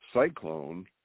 cyclone